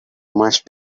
much